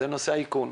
זה נושא האיכון.